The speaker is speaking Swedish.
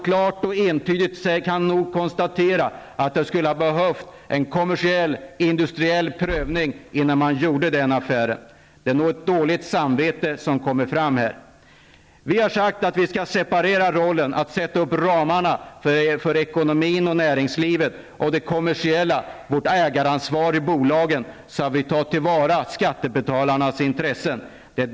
Klart och entydigt kan man nog konstatera att det skulle ha behövts en kommersiell industriell prövning innan den affären gjordes. Det är nog det dåliga samvetet som kommer fram här. Vi har sagt att vi skall separera rollerna när det gäller att sätta upp ramarna för ekonomin och näringslivet och när det gäller det kommersiella, vårt ägaransvar i bolagen, så att vi tar till vara skattebetalarnas intressen.